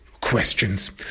questions